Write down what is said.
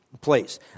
place